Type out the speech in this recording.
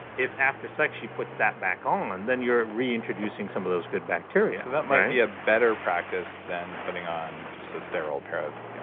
if after sex she puts that back on, then you're reintroducing some of those good bacteria so that might be a better practice than putting on just a sterile pair of, you know